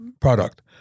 product